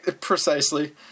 Precisely